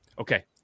Okay